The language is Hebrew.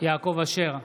יעקב אשר,